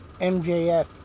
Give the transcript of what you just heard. MJF